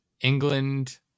England